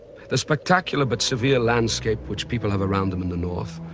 the spectacular but severe landscape which people have around them in the north,